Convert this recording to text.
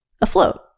afloat